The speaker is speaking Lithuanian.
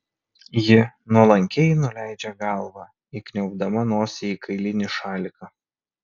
ji nuolankiai nuleidžia galvą įkniaubdama nosį į kailinį šaliką